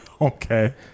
Okay